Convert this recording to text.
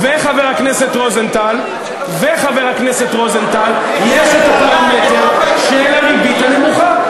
וחבר הכנסת רוזנטל, יש הפרמטר של הריבית הנמוכה.